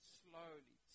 slowly